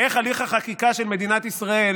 איך הליך החקיקה של מדינת ישראל